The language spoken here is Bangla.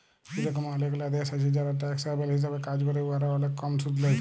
ইরকম অলেকলা দ্যাশ আছে যারা ট্যাক্স হ্যাভেল হিসাবে কাজ ক্যরে উয়ারা অলেক কম সুদ লেই